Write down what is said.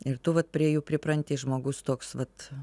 ir tu vat prie jų pripranti žmogus toks vat